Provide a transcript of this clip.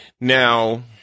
Now